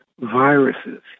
viruses